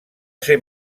ser